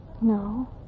No